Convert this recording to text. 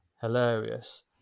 hilarious